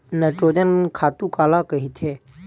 Nitrogen खातु काला कहिथे?